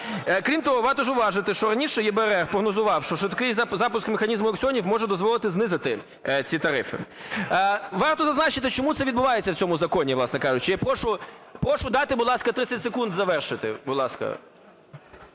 Крім того, варто зауважити, що раніше ЄБРР прогнозував, що швидкий запуск механізму аукціонів може дозволити знизити ці тарифи. Варто зазначити, чому це відбувається в цьому законі, власне кажучи. Я прошу дати, будь ласка, 30 секунд завершити.